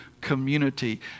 community